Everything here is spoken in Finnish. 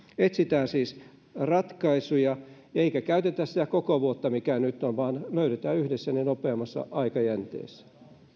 etsitään siis ratkaisuja eikä käytetä sitä koko vuotta mikä nyt on vaan löydetään yhdessä ne nopeammalla aikajänteellä